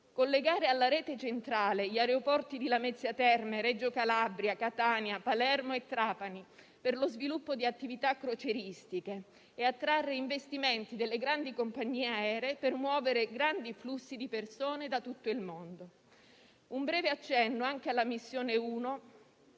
collegare alla rete centrale gli aeroporti di Lamezia Terme, Reggio Calabria, Catania, Palermo e Trapani per lo sviluppo di attività crocieristiche e attrarre investimenti delle grandi compagnie aeree per muovere grandi flussi di persone da tutto il mondo. Vorrei fare un breve accenno anche alla missione 1